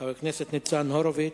חבר הכנסת ניצן הורוביץ,